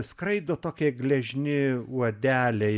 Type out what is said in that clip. skraido tokie gležni uodeliai